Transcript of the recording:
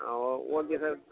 ஆ ஓ okay sir